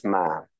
man